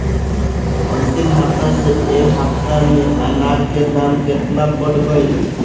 अंतिम हफ्ता से ए हफ्ता मे अनाज के दाम केतना बढ़ गएल?